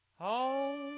Home